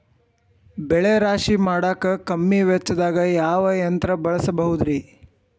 ಬೆಳೆ ರಾಶಿ ಮಾಡಾಕ ಕಮ್ಮಿ ವೆಚ್ಚದಾಗ ಯಾವ ಯಂತ್ರ ಬಳಸಬಹುದುರೇ?